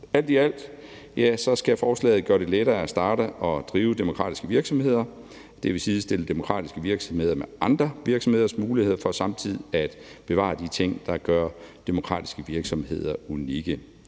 Alt i alt skal forslaget gøre det lettere at starte og drive demokratiske virksomheder. Det vil sidestille demokratiske virksomheder med andre virksomheders muligheder for samtidig at bevare de ting, der gør demokratiske virksomheder unikke.